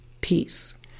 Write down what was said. peace